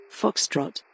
Foxtrot